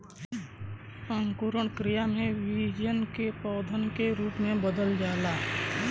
अंकुरण क्रिया में बीजन के पौधन के रूप में बदल जाला